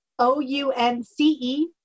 O-U-N-C-E